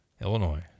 Illinois